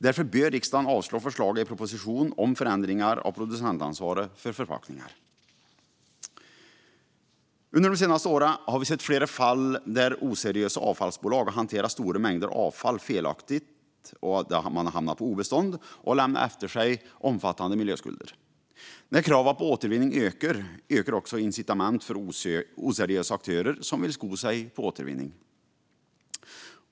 Därför bör riksdagen avslå förslagen i propositionen om förändringar av producentansvaret för förpackningar. Under de senaste åren har vi sett flera fall där oseriösa avfallsbolag har hanterat stora mängder avfall på ett felaktigt sätt. Man har hamnat på obestånd och lämnat efter sig omfattande miljöskulder. Ökade krav på återvinning ökar också incitamenten för oseriösa aktörer som vill sko sig på återvinning.